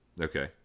Okay